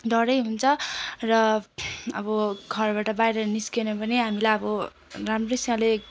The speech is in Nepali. डरै हुन्छ र अब घरबाट बाहिर निस्किन पनि हामीलाई अब राम्रैसँगले